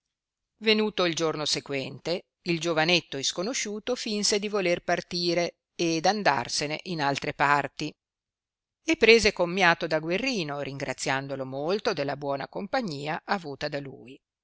venuto il giorno sequente il giovanetto isconosciuto finse di voler partire ed andarsene in altre parti e prese commiato da guerrino ringraziandolo molto della buona compagnia avuta da lui